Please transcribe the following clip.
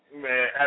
Man